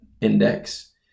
index